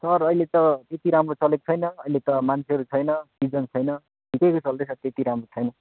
sir अहिले त त्यति राम्रो चलेको छैन अहिले त मान्छेहरू छैन सिजन छैन ठिकैको चल्दैछ त्यति राम्रो छैन